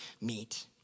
meet